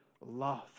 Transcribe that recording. Love